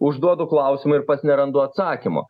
užduodu klausimą ir pats nerandu atsakymo